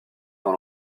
dans